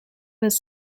was